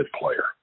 player